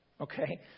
Okay